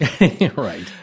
Right